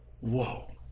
Whoa